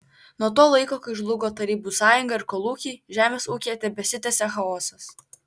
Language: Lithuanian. nuo to laiko kai žlugo tarybų sąjunga ir kolūkiai žemės ūkyje tebesitęsia chaosas